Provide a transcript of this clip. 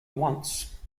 once